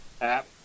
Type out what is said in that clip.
app